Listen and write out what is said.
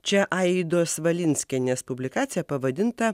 čia aidos valinskienės publikacija pavadinta